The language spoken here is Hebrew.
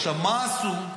עכשיו, מה עשו,